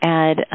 add